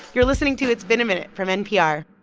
you're listening to it's been a minute from npr